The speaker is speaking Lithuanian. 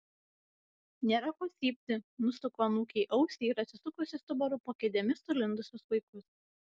nėra ko cypti nusuku anūkei ausį ir atsisukusi subaru po kėdėmis sulindusius vaikus